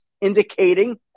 indicating